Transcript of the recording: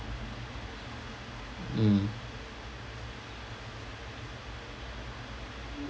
mm